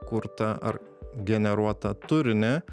kurtą ar generuotą turinį